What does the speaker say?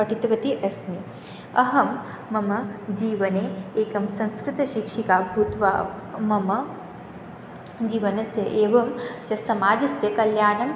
पठितवती अस्मि अहं मम जीवने एकं संस्कऋतशिक्षिका भूत्वा मम जीवनस्य एवं च समाजस्य कल्याणं